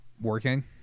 Working